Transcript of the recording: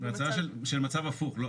בהצעה של מצב הפוך.